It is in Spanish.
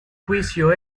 juicio